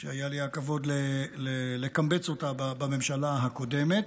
שהיה לי הכבוד לקמב"ץ אותה בממשלה הקודמת.